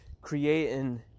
creating